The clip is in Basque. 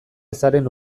ezaren